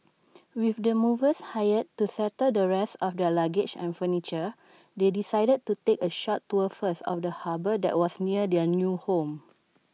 with the movers hired to settle the rest of their luggage and furniture they decided to take A short tour first of the harbour that was near their new home